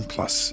Plus